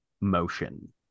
motion